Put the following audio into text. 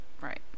right